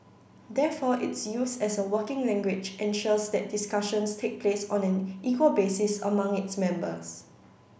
therefore its use as a working language ensures that discussions take place on an equal basis among its members